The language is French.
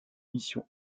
missions